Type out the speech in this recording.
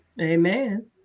Amen